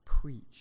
preach